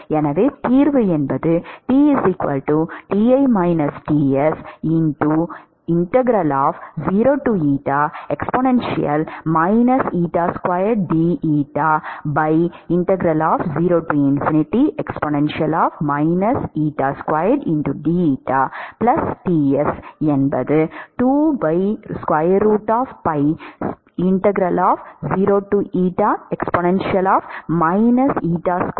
எனவே தீர்வு T